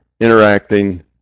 interacting